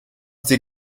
sie